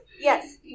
yes